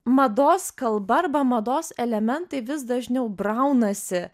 mados kalba arba mados elementai vis dažniau braunasi